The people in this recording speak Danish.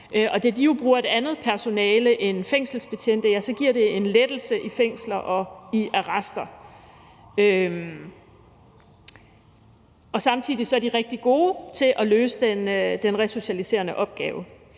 jo bruger et andet personale end fængselsbetjente, giver det en lettelse i fængsler og i arrester, og samtidig er de rigtig gode til at løse den resocialiserende opgave.